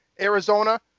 Arizona